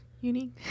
unique